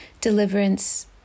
deliverance